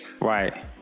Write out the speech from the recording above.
Right